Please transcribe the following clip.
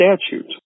statute